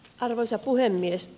arvoisa puhemies